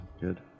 good